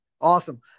awesome